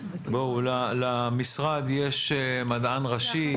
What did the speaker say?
למשרד יש מדען ראשי,